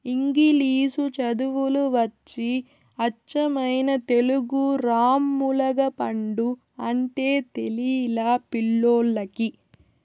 ఇంగిలీసు చదువులు వచ్చి అచ్చమైన తెలుగు రామ్ములగపండు అంటే తెలిలా పిల్లోల్లకి